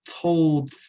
told